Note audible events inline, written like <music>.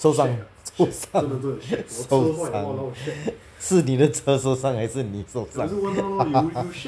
受伤受伤 <laughs> 受伤 <laughs> 是你的车受伤还是你受伤 <laughs>